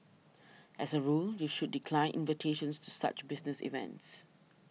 as a rule you should decline invitations to such business events